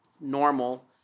normal